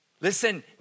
Listen